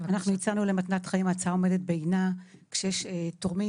אנחנו הצענו למתנת חיים וההצעה עומדת בעינה: כשיש תורמים